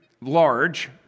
large